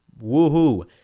Woohoo